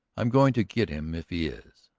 i am going to get him if he is.